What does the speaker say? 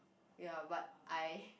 ya but I